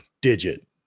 digit